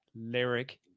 lyric